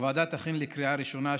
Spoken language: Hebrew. הוועדה תכין לקריאה הראשונה,